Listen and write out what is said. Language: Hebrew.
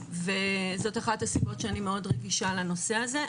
וזאת אחת הסיבות שאני מאוד רגישה לנושא הזה,